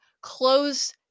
close